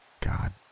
God